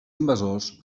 invasors